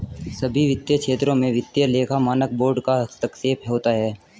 सभी वित्तीय क्षेत्रों में वित्तीय लेखा मानक बोर्ड का हस्तक्षेप होता है